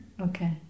Okay